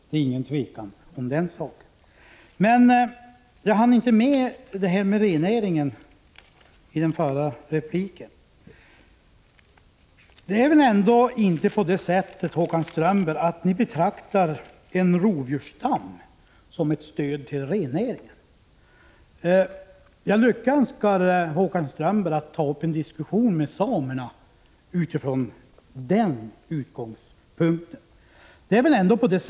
Det råder inget tvivel om den saken. I min förra replik hann jag inte ta upp den aktuella frågan om rennäringen. Det är väl ändå inte så, Håkan Strömberg, att ni betraktar en rovdjursstam som ett stöd till rennäringen. Jag önskar Håkan Strömberg lycka till om han tar upp en diskussion med samerna från den utgångspunkten.